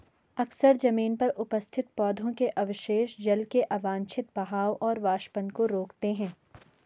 अक्सर जमीन पर उपस्थित पौधों के अवशेष जल के अवांछित बहाव और वाष्पन को रोकते हैं